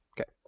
Okay